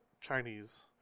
Chinese